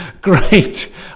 great